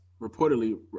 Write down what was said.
reportedly